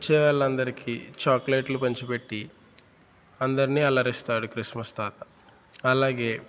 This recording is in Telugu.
వచ్చేవాళ్ళందరికి చాక్లెట్లు పంచిపెట్టి అందరిని అలరిస్తాడు క్రిస్మస్ తాత అలాగే